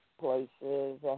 places